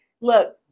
look